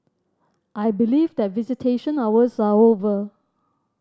I believe that visitation hours are over